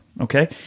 Okay